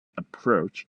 approach